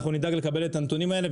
אנחנו נדאג לקבל את הנתונים האלה,